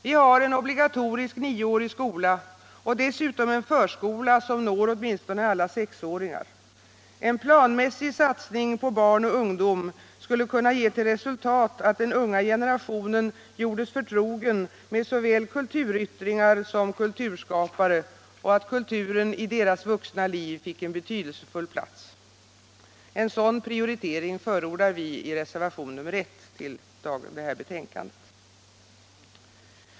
Vi har en obligatorisk nioårig skola och dessutom en förskola som når åtminstone alla sexåringar; en planmässig satsning på barn och ungdom skulle kunna ge till resultat att den unga generationen gjordes förtrogen med såväl kulturyttringar som kulturskapare och att kulturen fick en betydelsefull plats i deras vuxna liv. En sådan prioritering förordar vi i reservation nr 1, som fogats till detta betänkande.